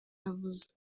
yavuze